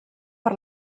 per